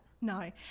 No